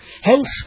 Hence